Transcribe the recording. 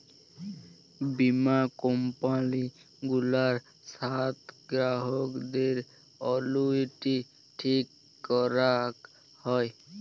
বীমা কম্পালি গুলার সাথ গ্রাহকদের অলুইটি ঠিক ক্যরাক হ্যয়